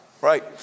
right